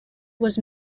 was